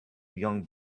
young